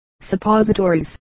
suppositories